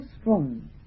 strong